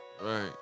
Right